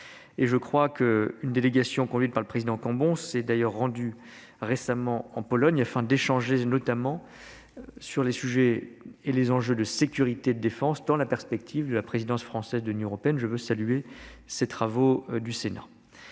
des affaires étrangères du Sénat, Christian Cambon, s'est d'ailleurs rendue récemment en Pologne afin d'échanger notamment sur les sujets et les enjeux de sécurité et de défense dans la perspective de la présidence française de l'Union européenne ; je veux saluer ces travaux du Sénat.